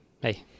hey